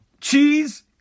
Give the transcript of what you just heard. Cheese